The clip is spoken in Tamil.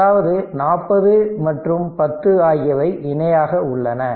அதாவது 40 மற்றும் 10 ஆகியவை இணையாக உள்ளன